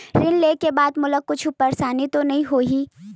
ऋण लेके बाद मोला कुछु परेशानी तो नहीं होही?